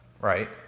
Right